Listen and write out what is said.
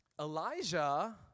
Elijah